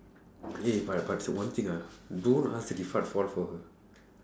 eh but but one thing ah don't ask fall for her